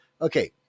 Okay